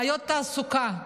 בעיות תעסוקה,